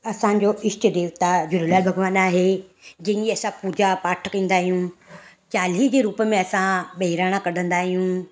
असांजो ईष्ट देवता झूलेलाल भॻवानु आहे जंहिंजी असां पूजा पाठ कंदा आहियूं चालीह जे रूप में असां बेहराणा कढंदा आहियूं